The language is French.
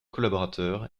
collaborateurs